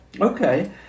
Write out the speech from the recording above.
Okay